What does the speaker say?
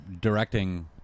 directing